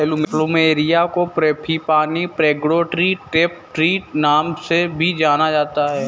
plumeria को frangipani, pagoda tree, temple tree नाम से भी जाना जाता है